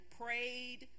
prayed